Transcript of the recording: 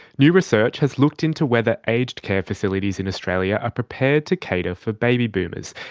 new research has looked into whether aged care facilities in australia are prepared to cater for baby boomers,